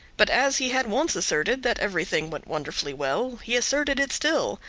but as he had once asserted that everything went wonderfully well, he asserted it still,